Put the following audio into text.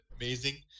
amazing